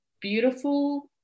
beautiful